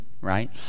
right